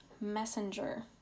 messenger